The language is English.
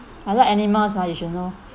I like animals mah you should know